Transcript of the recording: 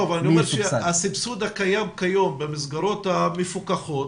אבל הסבסוד הקיים היום במסגרות המפוקחות